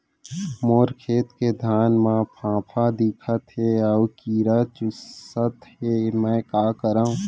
मोर खेत के धान मा फ़ांफां दिखत हे अऊ कीरा चुसत हे मैं का करंव?